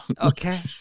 okay